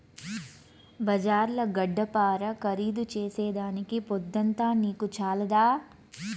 బజార్ల గడ్డపార ఖరీదు చేసేదానికి పొద్దంతా నీకు చాలదా